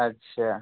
अच्छा